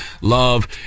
love